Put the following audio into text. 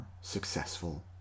successful